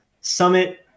Summit